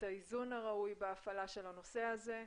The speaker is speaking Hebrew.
את האיזון הראוי בהפעלה של הנושא הזה,